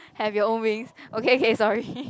have your own wings okay okay sorry